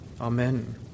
Amen